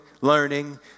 learning